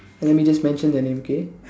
let me just mention their name okay